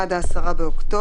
עד 10 באוקטובר.